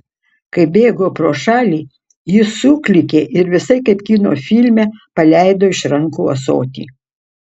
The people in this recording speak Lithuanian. kai bėgau pro šalį ji suklykė ir visai kaip kino filme paleido iš rankų ąsotį